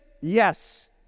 yes